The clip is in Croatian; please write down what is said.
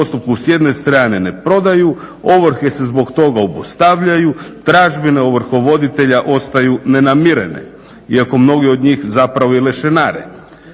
postupku s jedne strane ne prodaju, ovrhe se zbog toga obustavljaju, dražbe ovrhovoditelja ostaju nenamirene, iako mnogi od njih zapravo i lešinare.